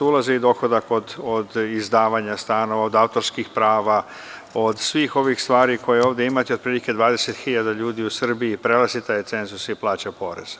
Tu ulazi i dohodak od izdavanja stana, od autorskih prava, od svih ovih stvari koje ovde imate, otprilike 20.000 ljudi u Srbiji prelazi taj cenzus i plaća porez.